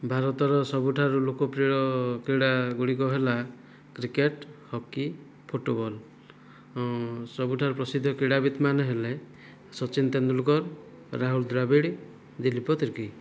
ଭାରତର ସବୁଠାରୁ ଲୋକପ୍ରିୟ କ୍ରୀଡ଼ାଗୁଡ଼ିକ ହେଲା କ୍ରିକେଟ୍ ହକି ଫୁଟବଲ୍ ସବୁଠାରୁ ପ୍ରସିଦ୍ଧ କ୍ରୀଡ଼ାବିତ୍ମାନେ ହେଲେ ସଚିନ ତେନ୍ଦୁଲକର ରାହୁଲ ଦ୍ରାବିଡ଼ ଦିଲୀପ ତିର୍କୀ